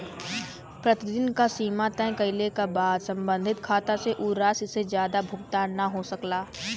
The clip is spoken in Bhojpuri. प्रतिदिन क सीमा तय कइले क बाद सम्बंधित खाता से उ राशि से जादा भुगतान न हो सकला